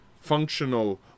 functional